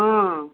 ହଁ